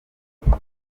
victor